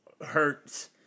hurts